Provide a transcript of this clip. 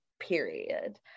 period